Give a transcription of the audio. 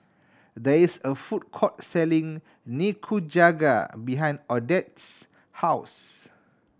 there is a food court selling Nikujaga behind Odette's house